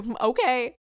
okay